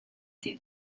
dih